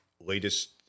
latest